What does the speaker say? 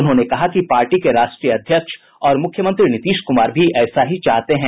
उन्होंने कहा कि पार्टी के राष्ट्रीय अध्यक्ष और मुख्यमंत्री नीतीश कुमार भी ऐसा ही चाहते हैं